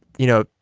you know,